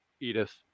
Edith